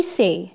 say